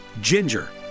ginger